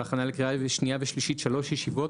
בהכנה לקריאה שנייה ושלישית היו שלוש ישיבות,